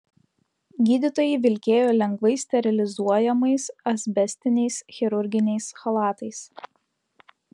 gydytojai vilkėjo lengvai sterilizuojamais asbestiniais chirurginiais chalatais